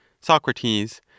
Socrates